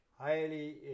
highly